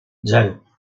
zero